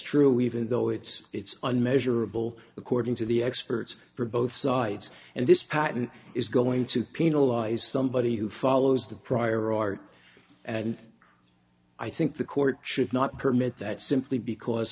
true even though it's it's unmeasurable according to the experts for both sides and this patent is going to penalize somebody who follows the prior art and i think the court should not permit that simply because